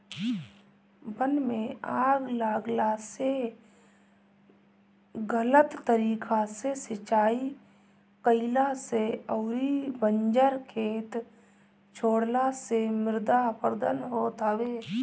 वन में आग लागला से, गलत तरीका से सिंचाई कईला से अउरी बंजर खेत छोड़ला से मृदा अपरदन होत हवे